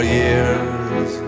years